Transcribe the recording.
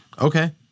okay